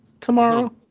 Tomorrow